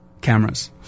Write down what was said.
cameras